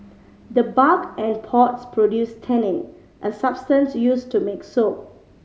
the bark and pods produce tannin a substance used to make soap